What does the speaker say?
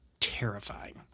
terrifying